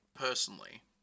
personally